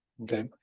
Okay